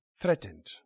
threatened